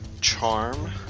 charm